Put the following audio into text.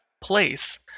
place